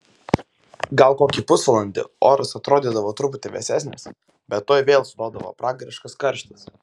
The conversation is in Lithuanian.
gal kokį pusvalandį oras atrodydavo truputį vėsesnis bet tuoj vėl stodavo pragariškas karštis